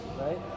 right